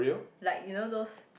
like you know those